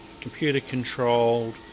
computer-controlled